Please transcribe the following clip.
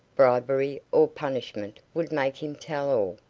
bribery or punishment would make him tell